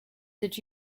did